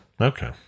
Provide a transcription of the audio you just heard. Okay